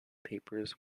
papers